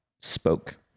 spoke